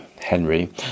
Henry